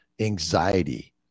anxiety